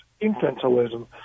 infantilism